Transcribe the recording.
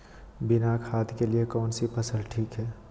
बिना खाद के लिए कौन सी फसल ठीक है?